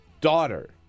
daughter